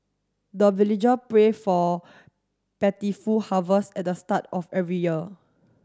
the villager pray for harvest at the start of every year